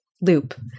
loop